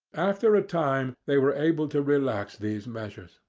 after a time they were able to relax these measures,